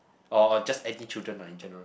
or just any children lah in general